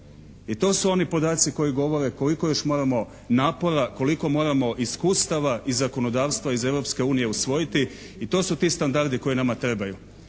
I to su oni podaci koji govore koliko još moramo napora, koliko moramo iskustava iz zakonodavstva iz Europske unije usvojiti i to su ti standardi koji nama trebaju.